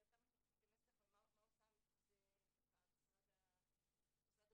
אולי תמי תיכף תיכנס, מה עושה משרד החינוך.